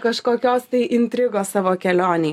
kažkokios tai intrigos savo kelionėj